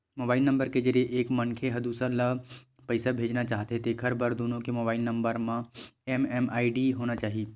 mobile number के जरिए एक मनखे ह दूसर ल पइसा भेजना चाहथे तेखर बर दुनो के मोबईल नंबर म एम.एम.आई.डी होना चाही